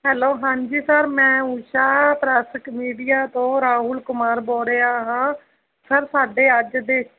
hello ਹਾਂਜੀ sir ਮੈਂ ਊਸ਼ਾ ਪ੍ਰਾਸਕ ਮੀਡੀਆ ਤੋਂ ਰਾਹੁਲ ਕੁਮਾਰ ਬੋਲ ਰਿਹਾ ਹਾਂ ਸਰ ਸਾਡੇ ਅੱਜ ਦੇ